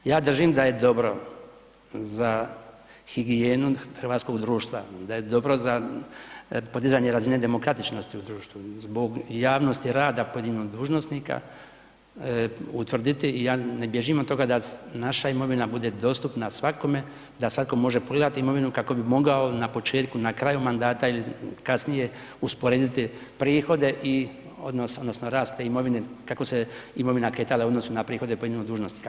Ja držim da je dobro za higijenu hrvatskoga društva, da je dobro za podizanje razine demokratičnosti u društvu, zbog javnosti rada pojedinog dužnosnika utvrditi, ja ne bježim od toga da naša imovina bude dostupna svakome da svatko može pogledati imovinu kako bi mogao na početku i na kraju mandata ili kasnije usporediti prihode i odnosno rast te imovine kako se imovina kretala u odnosu na prihode pojedinog dužnosnika.